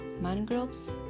mangroves